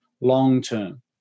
Long-term